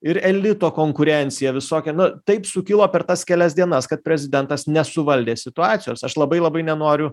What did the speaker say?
ir elito konkurencijavisokia na taip sukilo per tas kelias dienas kad prezidentas nesuvaldė situacijos aš labai labai nenoriu